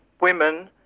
women